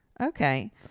Okay